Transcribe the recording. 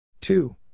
Two